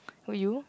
will you